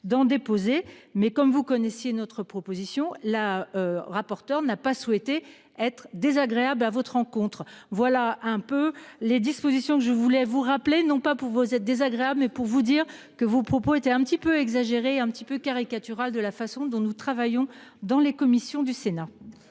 d'en déposer mais comme vous connaissiez notre proposition la rapporteure n'a pas souhaité être désagréable à votre encontre. Voilà un peu les dispositions que je voulais vous rappeler, non pas pour vous être désagréable, mais pour vous dire que vos propos été un petit peu exagéré un peu caricatural de la façon dont nous travaillons dans les commissions du Sénat.